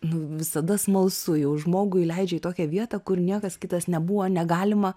nu visada smalsu jau žmogui leidžia į tokią vietą kur niekas kitas nebuvo negalima